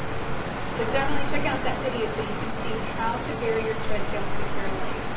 so definitely check out that video so you can see how to bury your thread tails securely.